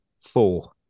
four